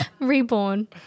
Reborn